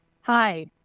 Hi